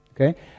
Okay